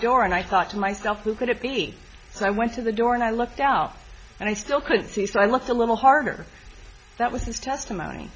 door and i thought to myself who could it be so i went to the door and i looked out and i still couldn't see so i looked a little harder that was his testimony